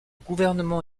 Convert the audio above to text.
gouvernement